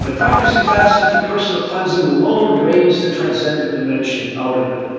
and practicing fasting for personal cleansing alone drains the transcended dimension out of it.